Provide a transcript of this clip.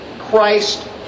Christ